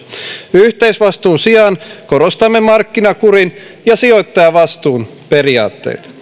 yhteisvastuun sijaan korostamme markkinakurin ja sijoittajavastuun periaatteita